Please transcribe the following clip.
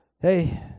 hey